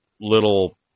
little